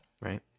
right